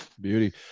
Beauty